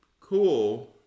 Cool